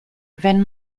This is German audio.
wenn